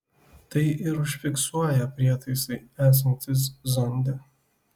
tai ir užfiksuoja prietaisai esantys zonde